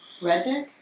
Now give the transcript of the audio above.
Redneck